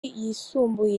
yisumbuye